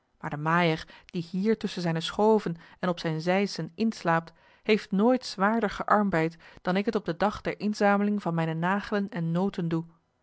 maar de maaijer die hier tusschen zijne schoven en op zijn zeissen inslaapt heeft nooit zwaarder gearbeid dan ik het op den dag der inzameling van mijne nagelen en noten doe